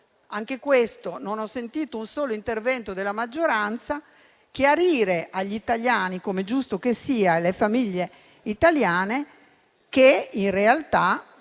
Anche su questo, non ho sentito un solo intervento della maggioranza chiarire agli italiani, come è giusto che sia, alle famiglie italiane che, in realtà,